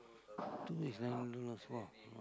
two weeks then two four